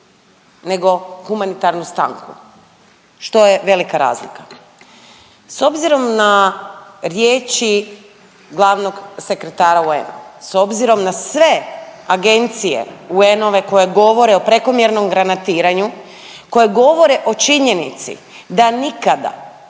nego humanitarnu stanku, što je velika razlika. S obzirom na riječi glavnog sekretara UN-a, s obzirom na sve agencije UN-ove koje govore o prekomjernom granatiranju, koje govore o činjenici da nikada,